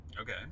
Okay